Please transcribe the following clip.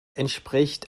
entspricht